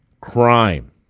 crime